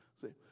See